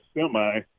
semi